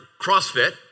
CrossFit